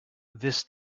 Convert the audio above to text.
this